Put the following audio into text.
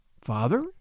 Father